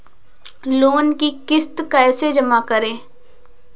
Loan की किश्त कैसे जमा करें?